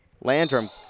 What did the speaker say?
Landrum